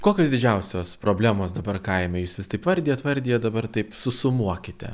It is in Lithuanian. kokios didžiausios problemos dabar kaime jūs vis taip vardijat vardijat dabar taip susumuokite